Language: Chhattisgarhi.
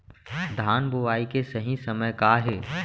धान बोआई के सही समय का हे?